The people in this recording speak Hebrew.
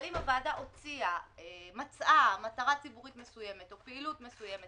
אבל אם הוועדה מצאה מטרה ציבורית מסוימת או פעילות מסוימת